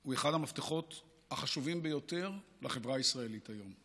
הוא אחד המפתחות החשובים ביותר לחברה הישראלית היום.